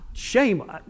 Shame